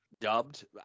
Dubbed